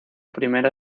primera